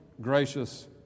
gracious